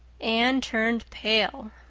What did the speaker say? anne turned pale,